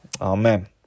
amen